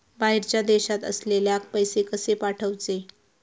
बाहेरच्या देशात असलेल्याक पैसे कसे पाठवचे?